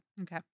Okay